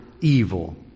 evil